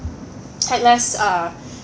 had less uh